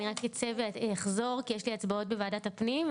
אני רק אצא ואחור כי יש לי הצבעות בוועדת הפנים,